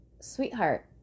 sweetheart